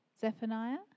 Zephaniah